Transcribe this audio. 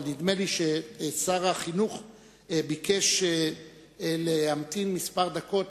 אבל נדמה לי ששר החינוך ביקש להמתין כמה דקות,